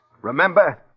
Remember